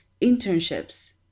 Internships